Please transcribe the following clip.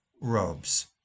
robes